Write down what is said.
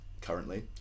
currently